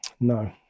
No